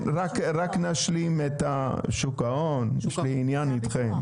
רק נשלים , שוק ההון יש לי עניין איתכם.